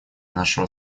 нашего